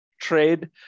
trade